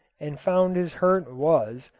and found his hurt was,